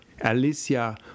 Alicia